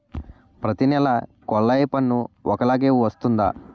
ప్రతి నెల కొల్లాయి పన్ను ఒకలాగే వస్తుందా?